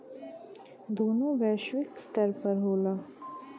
दोनों वैश्विक स्तर पर होला